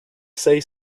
say